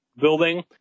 building